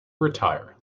retire